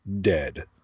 dead